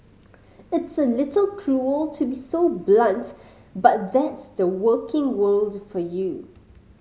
it's a little cruel to be so blunt but that's the working world for you